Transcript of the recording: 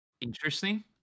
interesting